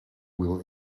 will